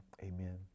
Amen